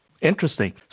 Interesting